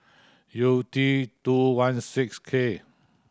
U T two one six K